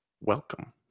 welcome